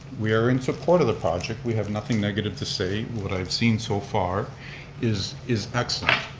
we are in support of the project. we have nothing negative to say. what i've seen so far is is excellent.